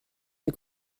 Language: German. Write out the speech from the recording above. der